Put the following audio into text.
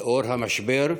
לנוכח המשבר,